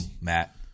Matt